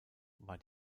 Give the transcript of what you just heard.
war